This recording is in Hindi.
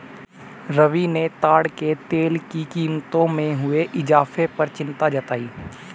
रवि ने ताड़ के तेल की कीमतों में हुए इजाफे पर चिंता जताई